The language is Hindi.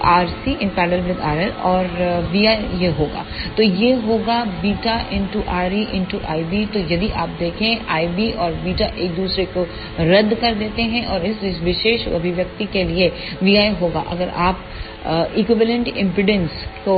RLऔर Vi यह होगा तो वह होगा बीटा reIB तो यदि आप देखें IB और बीटा एक दूसरे को रद्द कर देते हैं और इस विशेष अभिव्यक्ति के लिए Vi होगा अगर आप इक्विवेलेंस इंपेडेंस को